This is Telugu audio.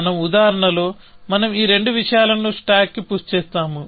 మన ఉదాహరణలో మనం ఈ రెండు విషయాలను స్టాక్కు పుష్ చేస్తాము